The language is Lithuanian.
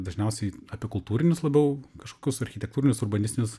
dažniausiai apie kultūrinius labiau kažkokius architektūrinius urbanistinius